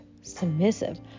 submissive